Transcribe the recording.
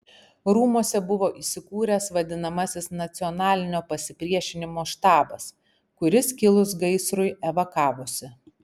rūmuose buvo įsikūręs vadinamasis nacionalinio pasipriešinimo štabas kuris kilus gaisrui evakavosi